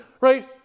right